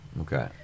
Okay